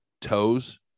toes